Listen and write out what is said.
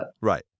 Right